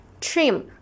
trim